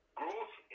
growth